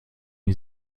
wir